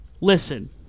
Listen